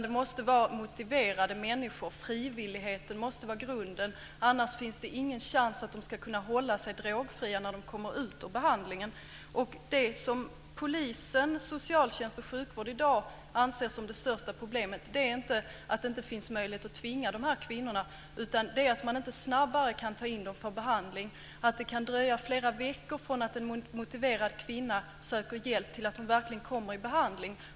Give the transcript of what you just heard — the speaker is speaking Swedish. Det måste vara motiverade människor. Frivilligheten måste vara grunden - annars finns det ingen chans att de kan hålla sig drogfria när de kommer ut ur behandlingen. Det som polisen, socialtjänst och sjukvård i dag anser vara det största problemet är inte att det inte finns möjlighet att tvinga dessa kvinnor. Det är att man inte snabbare kan ta in dem för behandling. Det kan dröja flera veckor från det att en motiverad kvinna söker hjälp till det att hon verkligen kommer i behandling.